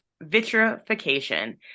vitrification